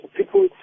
people